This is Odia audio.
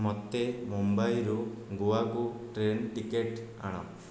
ମୋତେ ମୁମ୍ବାଇରୁ ଗୋଆକୁ ଟ୍ରେନ୍ ଟିକେଟ୍ ଆଣ